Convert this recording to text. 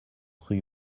rue